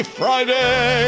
friday